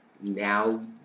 now